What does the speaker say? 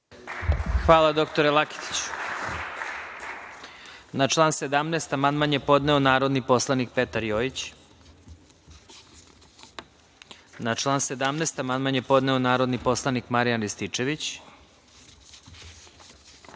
Hvala, dr Laketiću. Na član 17. amandman je podneo narodni poslanik Petar Jojić. Na član 17. amandman je podneo narodni poslanik Marijan Rističević. Predlog